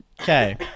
Okay